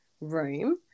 room